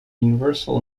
universal